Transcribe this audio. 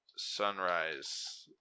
sunrise